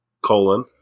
colon